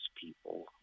people